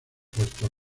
puerto